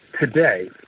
today